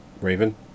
Raven